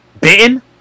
bitten